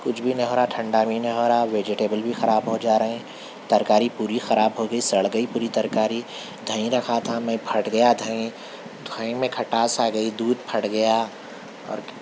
کچھ بھی نہیں ہو رہا ٹھنڈا بھی نہیں ہو رہا ویجٹیبل بھی خراب ہو جا رہے ہیں ترکاری پوری خراب ہو گئی سڑ گئی پوری ترکاری دہی رکھا تھا میں پھٹ گیا دہی دھہیں میں کھٹاس آ گئی دودھ پھٹ گیا اور کیا